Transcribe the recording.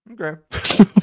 Okay